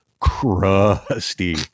crusty